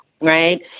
right